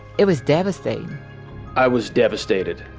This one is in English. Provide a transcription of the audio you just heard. it was devastating i was devastated.